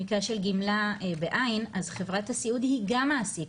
במקרה של גמלה בעין אז חברת הסיעוד היא גם מעסיק,